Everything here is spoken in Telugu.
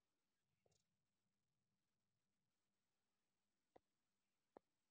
ప్రధానమంత్రి ముద్ర యోజన ఎలాంటి పూసికత్తు లేకుండా ఇస్తారా?